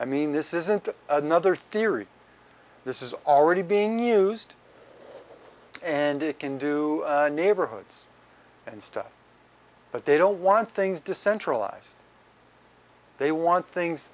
i mean this isn't another theory this is already being used and it can do neighborhoods and stuff but they don't want things decentralized they want things